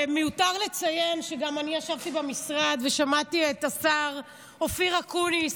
מיותר לציין שגם אני ישבתי במשרד ושמעתי את השר אופיר אקוניס,